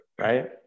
right